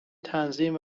تنظیم